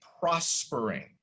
prospering